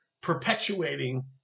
perpetuating